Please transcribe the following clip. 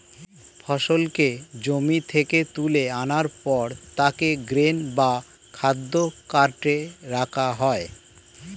ফসলকে জমি থেকে তুলে আনার পর তাকে গ্রেন বা খাদ্য কার্টে রাখা হয়